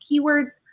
keywords